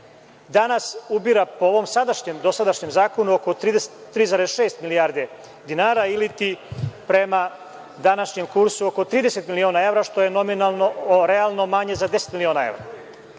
Danas ubira po ovom dosadašnjem zakonu oko 33,6 milijardi dinara ili, prema današnjem kursu, oko 30 miliona evra, što je realno manje za 10 miliona evra. Ovim